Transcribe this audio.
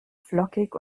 flockig